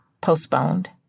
postponed